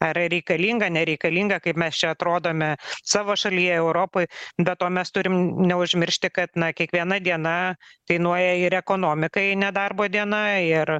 ar reikalinga nereikalinga kaip mes čia atrodome savo šalyje europoj be to mes turim neužmiršti kad ne kiekviena diena kainuoja ir ekonomikai nedarbo diena ir